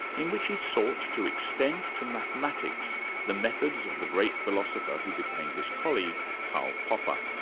in which he sought to extend to mathematics the methods of the great philosopher who became his colleague, karl popper.